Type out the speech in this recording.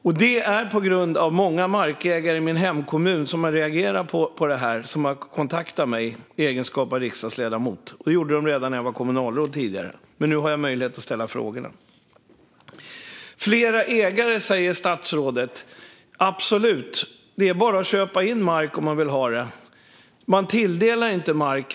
Jag har gjort det därför att många markägare i min hemkommun har reagerat på detta och kontaktat mig i egenskap av riksdagsledamot. De kontaktade mig redan när jag var kommunalråd, men nu har jag möjlighet att ställa frågorna. Fler ägare, säger statsrådet. Absolut! Det är bara att köpa mark om man vill ha den. Staten tilldelar inte människor mark.